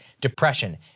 depression